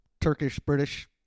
Turkish-British